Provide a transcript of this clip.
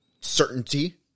certainty